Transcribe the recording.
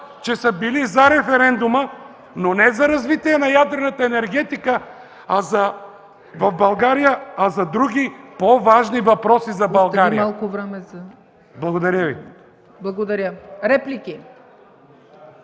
че са били за референдума, но не за развитие на ядрената енергетика в България, а за други, по-важни въпроси за България. Благодаря Ви. ПРЕДСЕДАТЕЛ